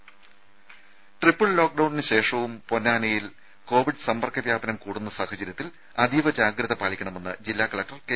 രുദ ട്രിപ്പിൾ ലോക്ഡൌണിന് ശേഷവും പൊന്നാനിയിൽ കോവിഡ് സമ്പർക്ക വ്യാപനം കൂടുന്ന സാഹചര്യത്തിൽ അതീവ ജാഗ്രത പാലിക്കണമെന്ന് ജില്ലാ കലക്ടർ കെ